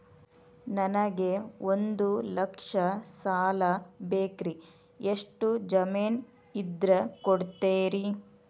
ನನಗೆ ಒಂದು ಲಕ್ಷ ಸಾಲ ಬೇಕ್ರಿ ಎಷ್ಟು ಜಮೇನ್ ಇದ್ರ ಕೊಡ್ತೇರಿ?